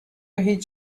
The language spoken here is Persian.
هیچ